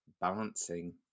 balancing